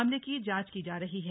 मामले की जांच की जा रही है